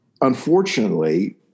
Unfortunately